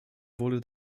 wohle